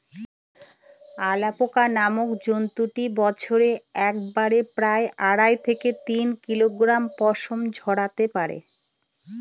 alpaca নামক জন্তুটি বছরে একবারে প্রায় আড়াই থেকে তিন কিলোগ্রাম পশম ঝোরাতে পারে